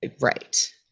right